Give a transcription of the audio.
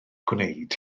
gwneud